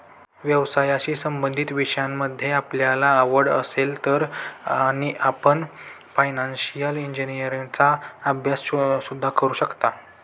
व्यवसायाशी संबंधित विषयांमध्ये आपल्याला आवड असेल तर आपण फायनान्शिअल इंजिनीअरिंगचा अभ्यास सुद्धा करू शकता